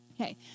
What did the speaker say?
Okay